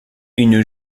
une